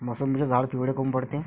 मोसंबीचे झाडं पिवळे काऊन पडते?